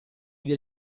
del